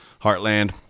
Heartland